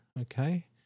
Okay